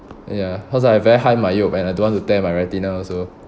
ya cause like I very high myop and I don't want to tear my retina also